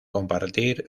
compartir